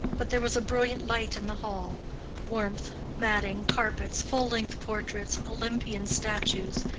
but there was a brilliant light in the hall warmth, matting, carpets, full-length portraits, olympian statues,